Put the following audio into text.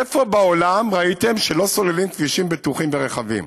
איפה בעולם ראיתם שלא סוללים כבישים בטוחים ורחבים?